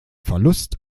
verlust